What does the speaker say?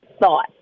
thought